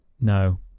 No